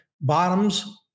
bottoms